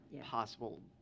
possible